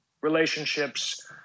relationships